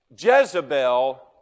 Jezebel